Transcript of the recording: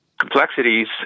complexities